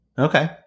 Okay